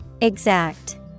Exact